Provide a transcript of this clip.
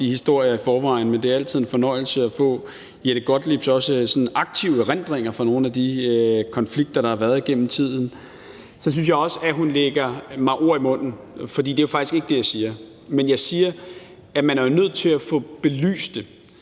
de historier i forvejen, men det er altid en fornøjelse at få fru Jette Gottliebs også sådan aktive erindringer fra nogle af de konflikter, der har været igennem tiden – lægger mig ord i munden. For det er faktisk ikke det, jeg siger. Jeg siger, at man jo er nødt til at få belyst det.